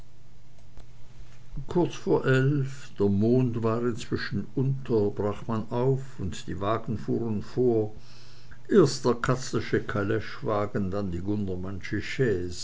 kurz vor elf der mond war inzwischen unter brach man auf und die wagen fuhren vor erst der katzlersche kaleschwagen dann die